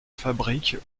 fabrique